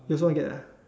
you also want to get